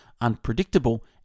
unpredictable